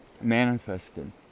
manifested